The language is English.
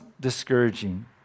discouraging